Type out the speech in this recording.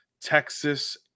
Texas